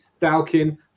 Dalkin